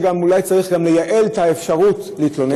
אולי צריך לייעל את האפשרות להתלונן,